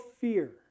fear